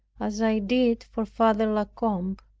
as i did for father la combe.